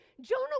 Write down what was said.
Jonah